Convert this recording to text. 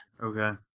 okay